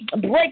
break